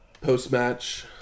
Post-match